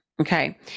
okay